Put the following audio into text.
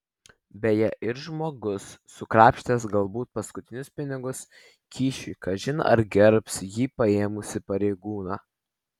beje ir žmogus sukrapštęs galbūt paskutinius pinigus kyšiui kažin ar gerbs jį paėmusį pareigūną